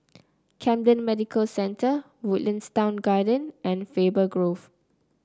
Camden Medical Centre Woodlands Town Garden and Faber Grove